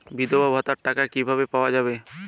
বিধবা ভাতার টাকা কিভাবে পাওয়া যাবে?